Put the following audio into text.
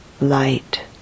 light